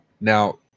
Now